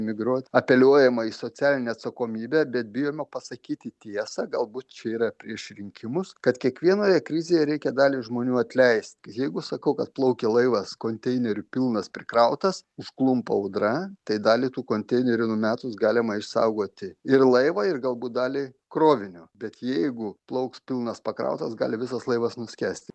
migruot apeliuojama į socialinę atsakomybę bet bijoma pasakyti tiesą galbūt čia yra prieš rinkimus kad kiekvienoje krizėje reikia dalį žmonių atleisti jeigu sakau kad plaukia laivas konteinerių pilnas prikrautas užklumpa audra tai dalį tų konteinerių numetus galima išsaugoti ir laivą ir galbūt dalį krovinio bet jeigu plauks pilnas pakrautas gali visas laivas nuskęsti